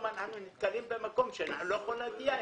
ואנחנו נתקלים במקום שאנחנו לא יכולים להגיע אליו.